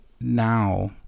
now